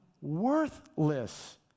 worthless